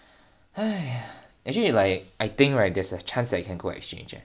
!haiya! actually you like I think right there's a chance that can go exchange eh